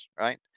right